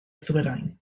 ddwyrain